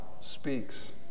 speaks